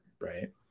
right